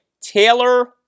Taylor